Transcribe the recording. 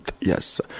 Yes